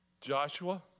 Joshua